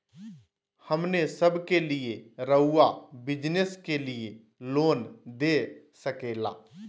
हमने सब के लिए रहुआ बिजनेस के लिए लोन दे सके ला?